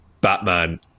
Batman